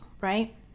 right